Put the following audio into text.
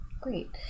Great